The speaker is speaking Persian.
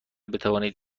بتوانید